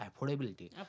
affordability